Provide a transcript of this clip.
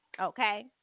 okay